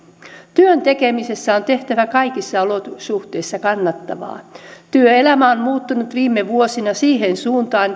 työn tekemisestä on tehtävä kaikissa olosuhteissa kannattavaa työelämä on muuttunut viime vuosina siihen suuntaan